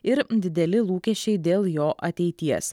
ir dideli lūkesčiai dėl jo ateities